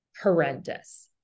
horrendous